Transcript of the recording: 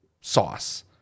sauce